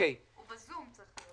עסקיים בצורה נכונה.